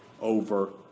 over